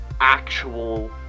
actual